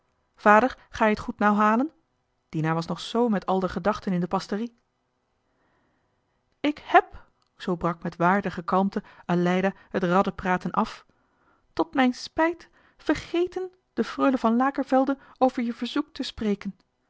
vader ga je het goed nou halen dina was nog z met al d'er gedachten in de pasterie ik heb zoo brak met waardige kalmte aleida het radde praten af tot mijn spijt vergeten de freule van lakervelde over je verzoek te spreken